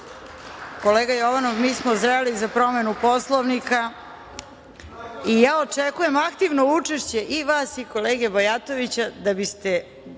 Kolega, Jovanov mi smo zreli za promenu Poslovnika i ja očekujem aktivno učešće i vas i kolege Bajatovića da biste